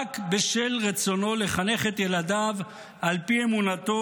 בשל רצונו לחנך את ילדיו על פי אמונתו,